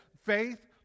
Faith